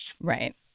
Right